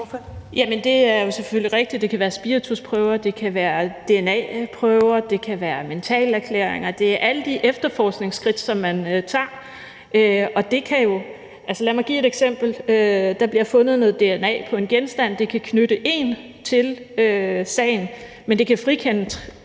Det er jo selvfølgelig rigtigt, at det kan være spiritusprøver, at det kan være dna-prøver, at det kan være mentalerklæringer, det er alle de efterforskningsskridt, som man tager, og lad mig give et eksempel. Der bliver fundet noget dna på en genstand, og det kan knytte én til sagen, men det kan frikende